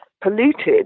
polluted